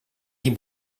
die